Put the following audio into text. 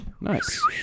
nice